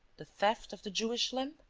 the theft of the jewish lamp?